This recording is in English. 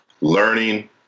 learning